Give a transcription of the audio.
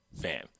Bam